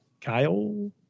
Kyle